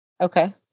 Okay